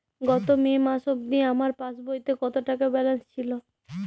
গত মে মাস অবধি আমার পাসবইতে কত টাকা ব্যালেন্স ছিল?